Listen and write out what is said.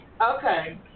Okay